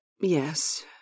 Yes